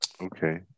Okay